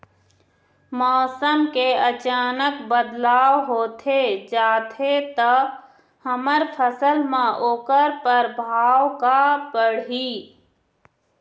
मौसम के अचानक बदलाव होथे जाथे ता हमर फसल मा ओकर परभाव का पढ़ी?